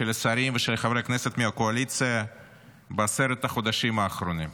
של השרים ושל חברי הכנסת מהקואליציה בעשרת החודשים האחרונים,